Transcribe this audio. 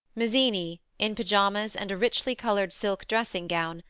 mazzini, in pyjamas and a richly colored silk dressing gown,